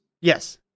Yes